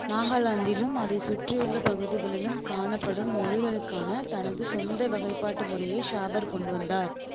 நாகாலாந்திலும் அதை சுற்றியுள்ள பகுதிகளிலும் காணப்படும் மொழிகளுக்கான தனது சொந்த வகைப்பாட்டு முறையை ஷாஃபர் கொண்டு வந்தார்